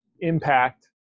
impact